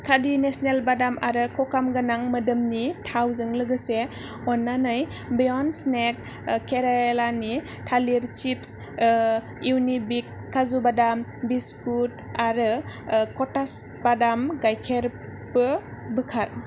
खादि national बादाम आरो क'काम गोनां मोदोमनि थाव जों लोगोसे अन्नानै बेयन्द स्नेक केरालानि थालिर चिप्स युनिबिक काजु बादाम बिस्कुट आरो कथास बादाम गाइखेरबो बोखार